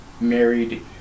married